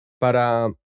para